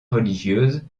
religieuse